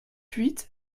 huit